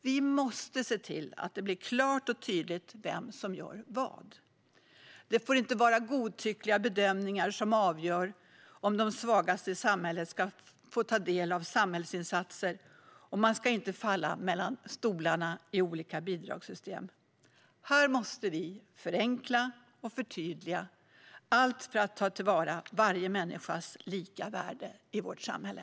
Vi måste se till att det blir klart och tydligt vem som gör vad. Det får inte vara godtyckliga bedömningar som avgör om de svagaste i samhället ska få ta del av samhällsinsatser, och man ska inte falla mellan stolarna i olika bidragssystem. Här måste vi förenkla och förtydliga - allt för att ta till vara varje människas lika värde i vårt samhälle.